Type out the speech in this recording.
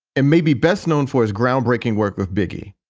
it may be best known for his groundbreaking work with biggie.